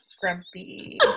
Grumpy